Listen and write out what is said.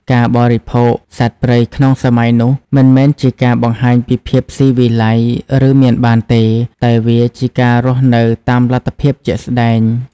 ការបរិភោគសត្វព្រៃក្នុងសម័យនោះ មិនមែនជាការបង្ហាញពីភាពស៊ីវិល័យ ឬមានបានទេ តែវាជាការរស់នៅតាមលទ្ធភាពជាក់ស្តែង។